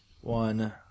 One